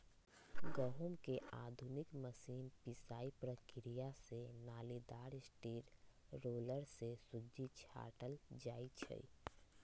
गहुँम के आधुनिक मशीन पिसाइ प्रक्रिया से नालिदार स्टील रोलर से सुज्जी छाटल जाइ छइ